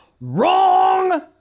Wrong